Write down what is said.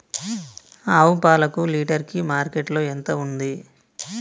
ఆవు పాలకు లీటర్ కి మార్కెట్ లో ఎంత ఉంది?